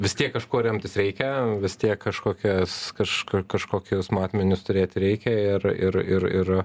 vis tiek kažkuo remtis reikia vis tiek kažkokias kažk kažkokius matmenius turėti reikia ir ir ir ir